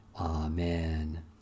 Amen